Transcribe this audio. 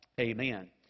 amen